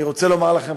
אני רוצה לומר לכם,